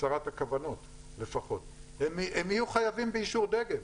הצהרת הכוונות לפחות, הם יהיו חייבים באישור דגם.